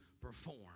perform